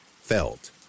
felt